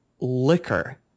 liquor